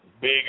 big